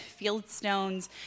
Fieldstone's